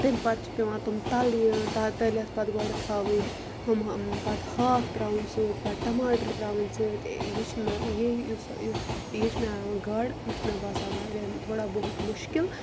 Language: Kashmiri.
تَمہِ پتہٕ چھِ تِم پیوان تَلنہِ تٔلِتھ پتہٕ گۄڈٕ تھاوٕنۍ تِم ہاکھ ترٛاوُن سۭتۍ پتہٕ ٹَماٹَر ترٛاوٕنۍ سۭتۍ یہِ چھُ مَہ یُس یُس یہِ چھِ مےٚ گاڈٕ یِم چھِ مےٚ یِم چھِ مےٚ باسان واریاہ تھوڑا بہت مُشکِل